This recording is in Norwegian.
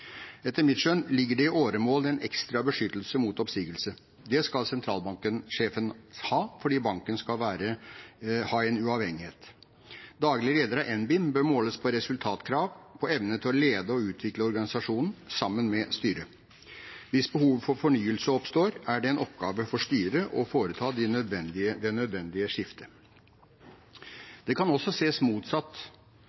Etter mitt skjønn ligger det i åremål en ekstra beskyttelse mot oppsigelse. Det skal sentralbanksjefen ha, fordi banken skal ha en uavhengighet. Daglig leder av NBIM bør måles på resultatkrav, på evne til å lede og utvikle organisasjonen, sammen med styret. Hvis behovet for fornyelse oppstår, er det en oppgave for styret å foreta det nødvendige skiftet. Det